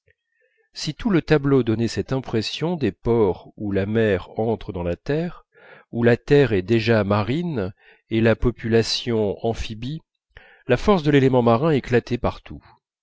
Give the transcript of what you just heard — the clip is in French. si tout le tableau donnait cette impression des ports où la mer entre dans la terre où la terre est déjà marine et la population amphibie la force de l'élément marin éclatait partout